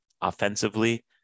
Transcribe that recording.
offensively